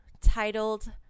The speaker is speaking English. titled